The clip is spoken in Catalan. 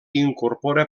incorpora